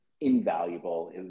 invaluable